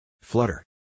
Flutter